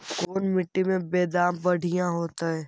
कोन मट्टी में बेदाम बढ़िया होतै?